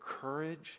courage